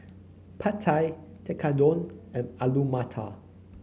Pad Thai Tekkadon and Alu Matar